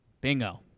Bingo